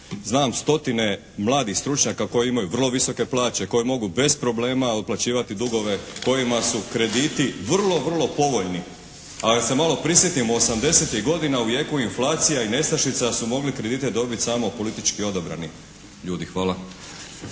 Znam stotine mladih stručnjaka koji imaju vrlo visoke plaće, koji mogu bez problema otplaćivati dugove, kojima su krediti vrlo, vrlo povoljni. A da se malo prisjetimo 80-tih godina u jeku inflacija i nestašica su mogli kredite dobiti samo politički odabrani ljudi. Hvala.